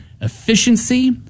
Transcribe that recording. efficiency